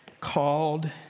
called